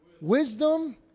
Wisdom